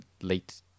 late